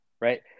right